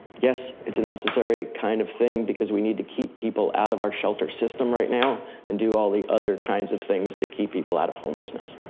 yes, it's a necessary kind of thing because we need to keep people out of our shelter system right now and do all the other kinds of things to keep people out of homelessness.